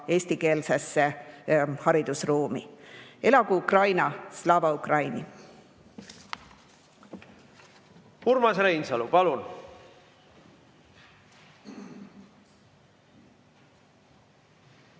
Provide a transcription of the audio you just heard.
eestikeelsesse haridusruumi! Elagu Ukraina! Slava Ukraini! Urmas Reinsalu, palun!